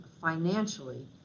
financially